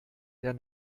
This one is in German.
der